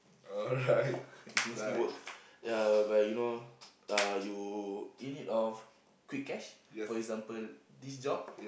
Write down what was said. mostly work ya whereby you know uh you in need of quick cash for example this job